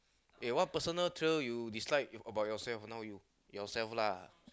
okay what personal trail you dislike about yourself now you yourself lah